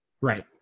right